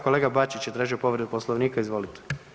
Kolega Bačić je tražio povredu Poslovnika, izvolite.